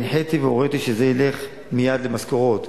הנחיתי והוריתי שזה ילך מייד למשכורות,